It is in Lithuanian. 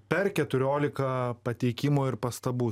per keturiolika pateikimo ir pastabų